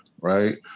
right